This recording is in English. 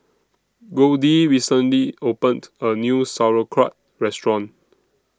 Goldie recently opened A New Sauerkraut Restaurant